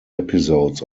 episodes